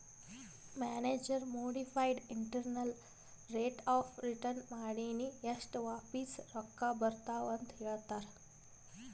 manager modified internal rate of return ಮಾಡಿನೆ ಎಸ್ಟ್ ವಾಪಿಸ್ ರೊಕ್ಕಾ ಬರ್ತಾವ್ ಅಂತ್ ಹೇಳ್ತಾರ್